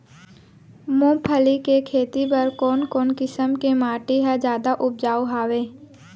मूंगफली के खेती बर कोन कोन किसम के माटी ह जादा उपजाऊ हवये?